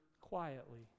quietly